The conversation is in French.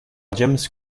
james